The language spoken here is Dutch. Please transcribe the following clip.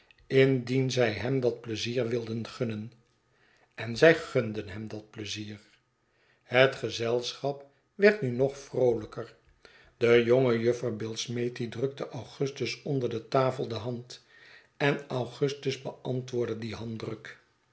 indien zij hem dat pleizier wilden gunnen en zij gunden hem dat pleizier het gezelschap werd nu nog vroolijker de jonge juffer billsmethi drukte augustus onder de tafel de hand en augustus beantwoordde dien handdruk